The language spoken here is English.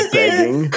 begging